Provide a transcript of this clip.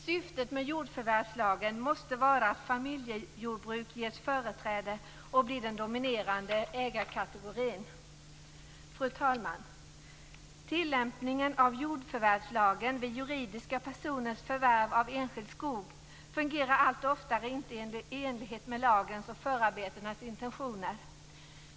Syftet med jordförvärvslagen måste vara att familjejordbruk ges företräde och blir den dominerande ägarkategorin. Fru talman! Tillämpningen av jordförvärvslagen vid juridiska personers förvärv av enskild skog fungerar allt oftare inte i enlighet med lagens och förarbetenas intentioner.